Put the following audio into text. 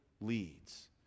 leads